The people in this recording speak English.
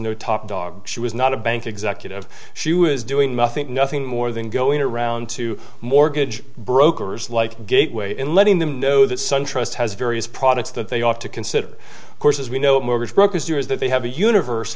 no top dog she was not a bank executive she was doing nothing nothing more than going around to mortgage brokers like gateway and letting them know that sun trust has various products that they ought to consider course as we know mortgage brokers do is that they have a universe